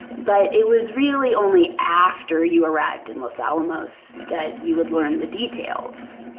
but it was really only after you arrived in los alamos that you would learn the details.